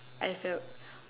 I felt